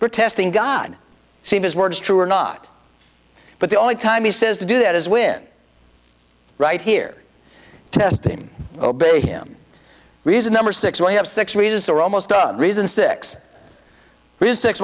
protesting god sees his words true or not but the only time he says to do that is when right here testing obey him reason number six we have six reasons are almost a reason six six